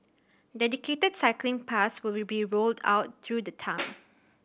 dedicated cycling paths will be rolled out through the town